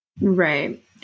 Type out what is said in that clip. Right